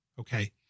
Okay